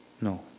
No